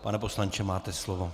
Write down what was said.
Pane poslanče, máte slovo.